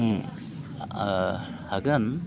हागोन